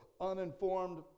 uninformed